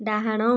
ଡାହାଣ